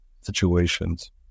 situations